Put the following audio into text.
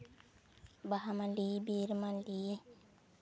ᱵᱟᱦᱟᱢᱟᱞᱤ ᱵᱤᱨᱢᱟᱞᱤ